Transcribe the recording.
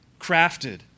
crafted